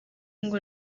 ngo